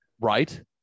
Right